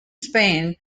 spain